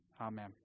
Amen